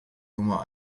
nummer